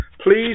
Please